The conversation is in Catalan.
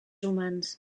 humans